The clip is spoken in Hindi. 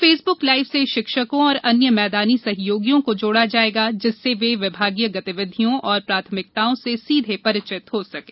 फेसबुक लाइव से शिक्षकों एवं अन्य मैदानी सहयोगियों को जोड़ा जाएगा जिससे वे विभागीय गतिविधियों एवं प्राथमिकताओं से सीधे परिचित हो सकें